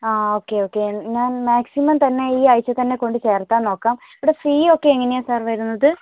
ആ okay okay ഞാൻ maximum തന്നെ ഈ ആഴ്ച തന്നെ കൊണ്ട്ചേർക്കാൻ നോക്കാം ഇവിടെ ഫീ ഒക്കെ എങ്ങനെയാണ് സർ വരുന്നത്